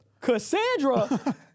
Cassandra